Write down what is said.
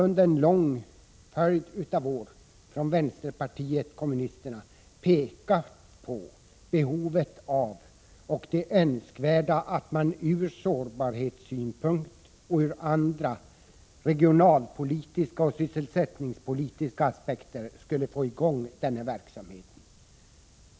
Under många år har vänsterpartiet kommunisterna pekat på det önskvärda i att man med hänsyn till sårbarhet samt regionalpolitiska och sysselsättningspolitiska aspekter får i gång denna verksamhet.